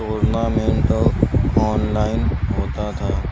tournament online ہوتا تھا